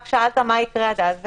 שאלת מה יקרה עד אז והשבתי.